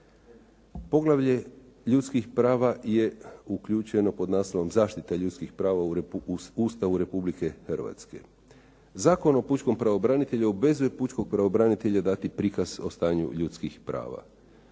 Poglavlje ljudskih prava je uključeno pod naslovom zaštite ljudskih prava u Ustavu Republike Hrvatske. Zakon o pučkom pravobranitelju obvezuje pučkog pravobranitelja dati prikaz o stanju ljudskih prava.